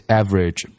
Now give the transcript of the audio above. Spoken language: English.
average